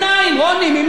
איי, איי.